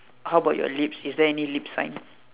how about your lips is there any lips sign